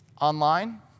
Online